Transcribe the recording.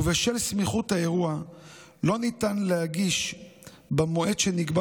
ובשל סמיכות האירוע לא ניתן להגיש במועד שנקבע